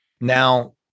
Now